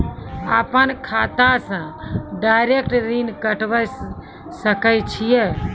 अपन खाता से डायरेक्ट ऋण कटबे सके छियै?